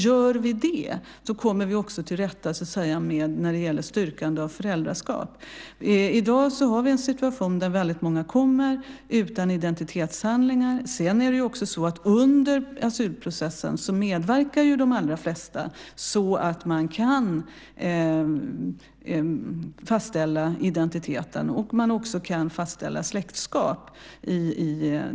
Gör vi det kommer vi också till rätta med styrkande av föräldraskap. I dag har vi en situation där många kommer hit utan identitetshandlingar. Under asylprocessen medverkar de allra flesta så att det går att fastställa identitet och släktskap.